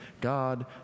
God